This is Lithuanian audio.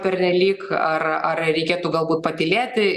pernelyg ar ar reikėtų galbūt patylėti